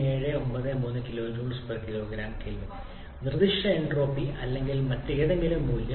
3793 kJ kgK നിർദ്ദിഷ്ട entropy അല്ലെങ്കിൽ മറ്റേതെങ്കിലും മൂല്യം